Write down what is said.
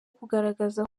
kugaragaza